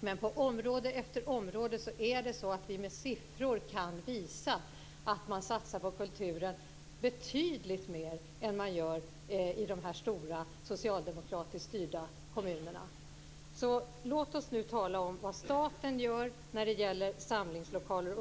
dem. På område efter område kan vi med siffror visa att man i Stockholm satsar betydligt mer på kulturen än vad man gör i de stora socialdemokratiskt styrda kommunerna. Låt oss nu tala om vad staten gör när det gäller samlingslokaler.